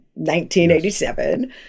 1987